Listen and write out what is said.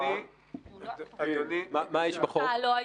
--- לו האישום.